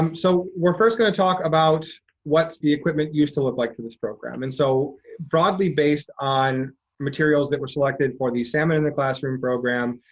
um so we're first gonna talk about what the equipment used to look like for this program, and so broadly based on materials that were selected for the salmon in the classroom program,